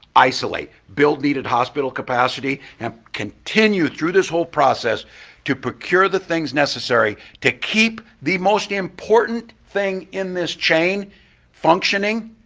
isolate, build needed hospital capacity, and continue through this whole process to procure the things necessary to keep the most important thing in this chain functioning,